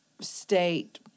state